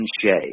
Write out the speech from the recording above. shade